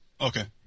Okay